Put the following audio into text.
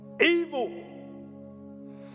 evil